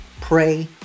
pray